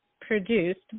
produced